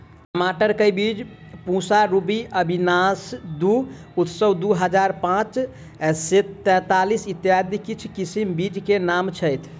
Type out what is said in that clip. टमाटर केँ बीज पूसा रूबी, अविनाश दु, उत्सव दु हजार पांच सै पैतीस, इत्यादि किछ किसिम बीज केँ नाम छैथ?